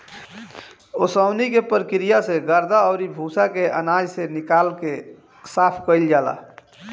ओसवनी के प्रक्रिया से गर्दा अउरी भूसा के आनाज से निकाल के साफ कईल जाला